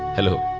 hello,